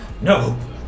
No